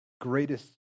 greatest